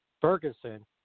Ferguson